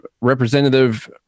Representative